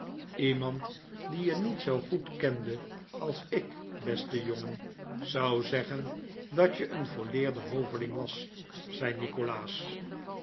iemand die je niet zoo goed kende als ik beste jongen zou zeggen dat je een volleerde hoveling was zei nikolaas